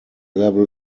level